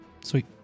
Sweet